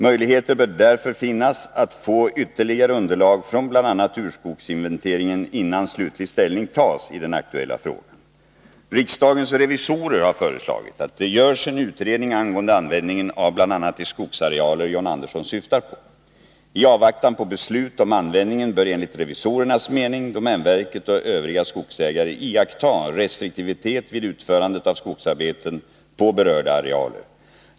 Möjligheter bör därför finnas att få ytterligare underlag från bl.a. urskogsinventeringen innan slutlig ställning tas i den aktuella frågan. Riksdagens revisorer har föreslagit att det görs en utredning angående användningen av bl.a. de skogsarealer John Andersson syftar på. I avvaktan på beslut om användningen bör enligt revisorernas mening domänverket och övriga skogsägare iaktta restriktivitet vid utförandet av skogsarbeten på berörda arealer.